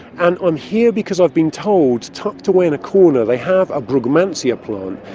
and i'm here because i've been told, tucked away in a corner they have a brugmansia plant,